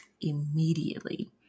immediately